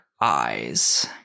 eyes